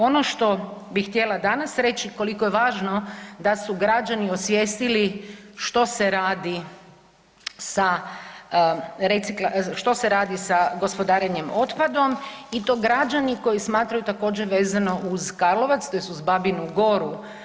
Ono što bih htjela danas reći koliko je važno da su građani osvijestili što se radi sa gospodarenjem otpadom i to građani koji smatraju također vezano uz Karlovac, tj. u Babinu Goru.